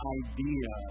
idea